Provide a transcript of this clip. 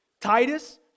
Titus